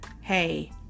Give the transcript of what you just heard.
hey